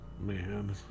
Man